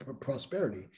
prosperity